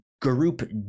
group